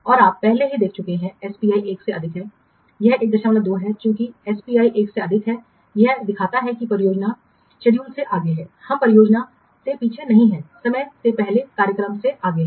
और आप पहले ही देख चुके हैं कि SPI 1 से अधिक है यह 12 है चूंकि SPI 1 से अधिक है यह इंगित करता है कि परियोजना अनुसूची से आगे है हम परियोजना से पीछे नहीं हैं समय से पहले कार्यक्रम से आगे है